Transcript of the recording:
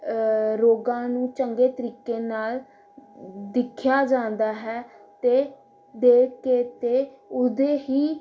ਰੋਗਾਂ ਨੂੰ ਚੰਗੇ ਤਰੀਕੇ ਨਾਲ ਦੇਖਿਆ ਜਾਂਦਾ ਹੈ ਅਤੇ ਦੇਖ ਕੇ ਅਤੇ ਉਹਦੇ ਹੀ